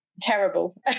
terrible